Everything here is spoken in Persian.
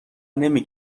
نمی